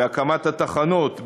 בהקמת התחנות,